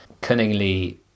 Cunningly